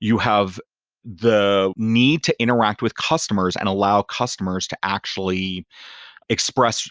you have the need to interact with customers and allow customers to actually express